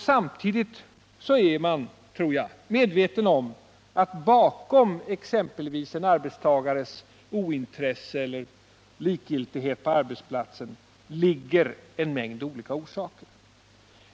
Samtidigt är man, tror jag, medveten 217 om att bakom exempelvis en arbetstagares ointresse eller likgiltighet på arbetsplatsen ligger en mängd olika orsaker.